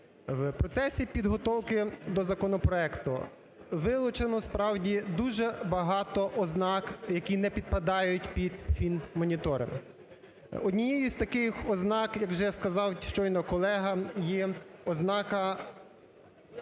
в процесі підготовки до законопроекту вилучено справді дуже багато ознак, які не підпадають під фінмоніторинг. Однією з таких ознак, як вже сказав щойно колега, є ознака